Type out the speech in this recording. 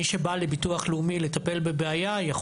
מי שבא לביטוח לאומי לטפל בבעיה יכול